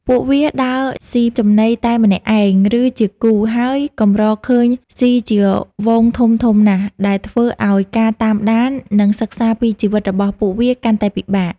ពួកវាដើរស៊ីចំណីតែម្នាក់ឯង ឬជាគូ ហើយកម្រឃើញស៊ីជាហ្វូងធំៗណាស់ ដែលធ្វើឲ្យការតាមដាន និងសិក្សាពីជីវិតរបស់ពួកវាកាន់តែពិបាក។